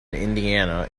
indiana